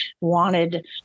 wanted